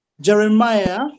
Jeremiah